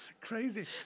Crazy